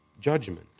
judgment